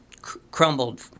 crumbled